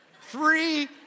Three